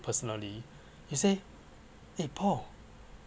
personally he say eh poh